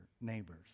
neighbors